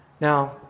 Now